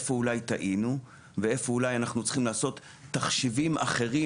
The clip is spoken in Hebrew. ואיפה אולי אנחנו צריכים לעשות תחשיבים אחרים